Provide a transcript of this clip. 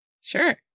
Sure